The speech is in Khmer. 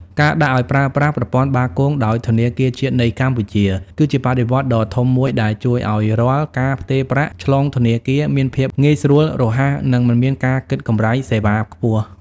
ការដាក់ឱ្យប្រើប្រាស់ប្រព័ន្ធបាគង ដោយធនាគារជាតិនៃកម្ពុជា គឺជាបដិវត្តន៍ដ៏ធំមួយដែលជួយឱ្យរាល់ការផ្ទេរប្រាក់ឆ្លងធនាគារមានភាពងាយស្រួល រហ័ស និងមិនមានការគិតកម្រៃសេវាខ្ពស់។